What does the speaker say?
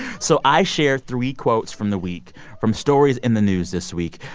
so i share three quotes from the week from stories in the news this week.